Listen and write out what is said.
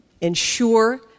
ensure